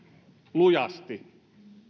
lujasti